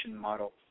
model